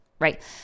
right